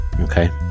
Okay